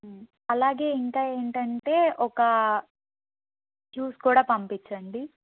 అలాగే ఇంకా ఏంటంటే ఒక జ్యూస్ కూడా పంపించండి